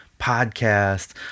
podcast